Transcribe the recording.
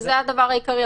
זה הדבר העיקרי,